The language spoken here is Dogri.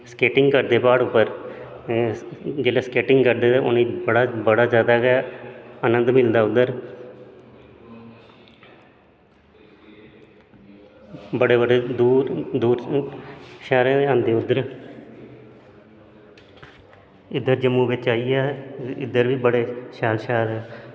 स्किटिंग करदे प्हाड़ उप्पर जिसलै स्किटिंग करदे तां उ'नें गी बड़ा जैदा गै नंद मिलदा उद्धर बड़े बड़े दूर शैह्रें दे आंदे इद्धर इद्धर जम्मू बिच्च आइयै इद्धर बी बड़े शैल शैल